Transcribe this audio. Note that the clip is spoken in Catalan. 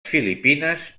filipines